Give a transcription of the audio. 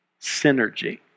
synergy